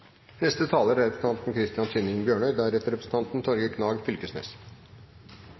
Neste taler er representanten Torgeir Knag Fylkesnes.